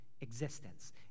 existence